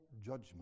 judgment